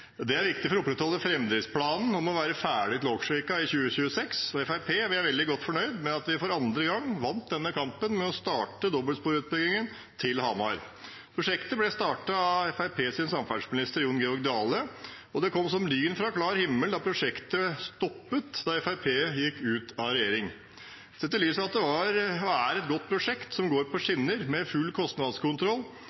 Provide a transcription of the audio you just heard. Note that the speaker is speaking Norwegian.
veldig godt fornøyd med at vi for andre gang vant denne kampen om å starte dobbeltsporutbyggingen til Hamar. Prosjektet ble startet av Fremskrittspartiets samferdselsminister, Jon Georg Dale, og det kom som lyn fra klar himmel at prosjektet stoppet da Fremskrittspartiet gikk ut av regjering. Sett i lys av at det var og er et godt prosjekt som går på